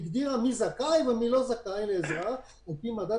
הגדירה מי זכאי ומי לא זכאי לעזרה על פי מדד